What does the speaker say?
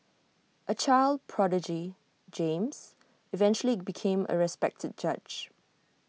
A child prodigy James eventually became A respected judge